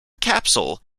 capsule